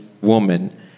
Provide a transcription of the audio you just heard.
woman